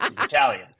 Italian